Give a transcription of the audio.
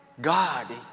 God